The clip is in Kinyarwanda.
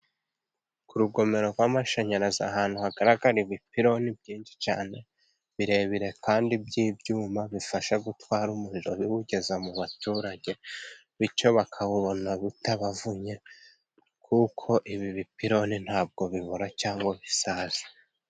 ku rugomero rw'amashanyarazi ahantu hagaragara ibipironi byinshi cyane birebire, kandi by'ibyuma bifasha gutwara umuriro biwugeza mu baturage, bityo bakawubona utabavunye kuko ibi bipiloni ntabwo bihora cyangwa bisaza.